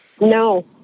No